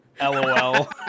lol